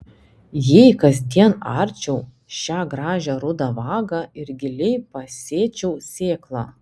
jei kasdien arčiau šią gražią rudą vagą ir giliai pasėčiau sėklą